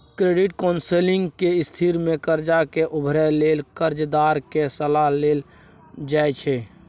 credit counselling के स्थिति में कर्जा से उबरय लेल कर्जदार के सलाह देल जाइ छइ